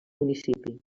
municipi